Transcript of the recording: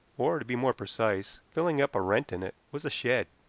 or, to be more precise, filling up a rent in it, was a shed,